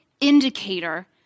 indicator